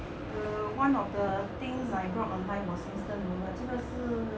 err one of the things I bought online was instant noodles 这个是